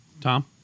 Tom